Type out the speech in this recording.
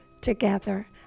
together